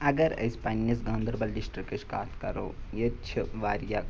اگر أسۍ پنٛنِس گاندَربَل ڈِسٹِرٛکٕچ کَتھ کَرو ییٚتہِ چھِ واریاہ